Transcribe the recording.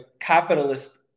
capitalist